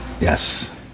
Yes